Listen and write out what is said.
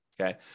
okay